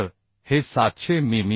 तर हे 700 मि